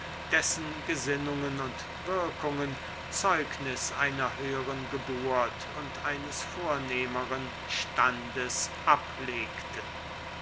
dessen gesinnungen und wirkungen zeugnis einer höheren geburt und eines vornehmeren standes ablegten